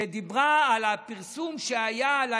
שדיברה על הפרסום שהיה.